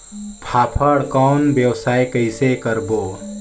फाफण कौन व्यवसाय कइसे करबो?